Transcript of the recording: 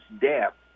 depth